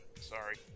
Sorry